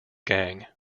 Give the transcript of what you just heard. gang